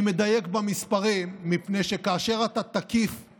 אני מדייק במספרים, מפני שכאשר אתם תקיפו